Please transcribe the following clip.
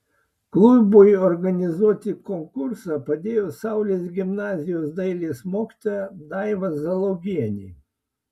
klubui organizuoti konkursą padėjo saulės gimnazijos dailės mokytoja daiva zalogienė